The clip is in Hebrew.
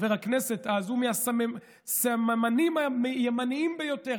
יושב כאן אחד מן הסממנים הימניים לכאורה,